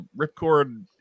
Ripcord